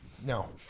No